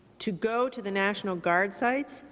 to go to the national guard site,